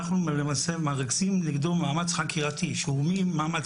אנחנו למעשה מריצים נגדו מאמץ חקירתי שהוא ממאמץ